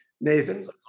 Nathan